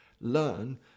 Learn